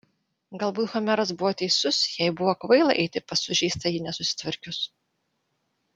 galbūt homeras buvo teisus jai buvo kvaila eiti pas sužeistąjį nesusitvarkius